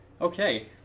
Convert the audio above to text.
Okay